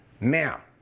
Now